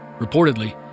Reportedly